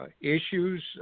issues